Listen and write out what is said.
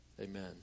Amen